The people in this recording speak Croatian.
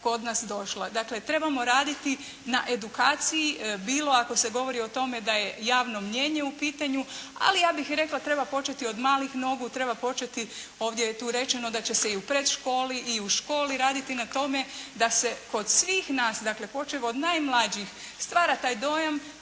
kod nas došla. Dakle, trebamo raditi na edukaciji, bilo ako se govori o tome da je javno mnijenje u pitanju, ali ja bih i rekla treba početi od malih nogu, treba početi ovdje je tu rečeno da će se i u predškoli i u školi raditi na tome da se kod svih nas, dakle počev od najmlađih stvara taj dojam